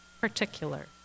particular